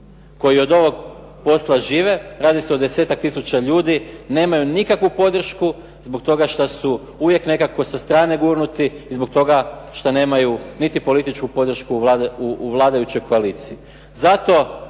koji od ovog posla žive, radi se o 10-tak tisuća ljudi nemaju nikakvu podršku zbog toga što su uvijek nekako sa strane gurnuti i zbog toga što nemaju niti političku podršku u vladajućoj koaliciji.